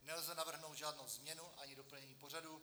Nelze navrhnout žádnou změnu ani doplnění pořadu.